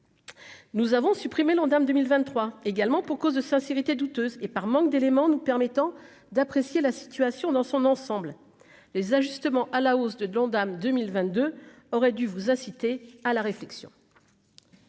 nous avons supprimé l'Ondam 2023 également pour cause de sincérité douteuse et par manque d'éléments nous permettant d'apprécier la situation dans son ensemble, les ajustements à la hausse de l'Ondam 2022 aurait dû vous inciter à la réflexion.